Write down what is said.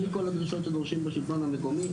בלי כל הדרישות שדורשים בשלטון המקומי,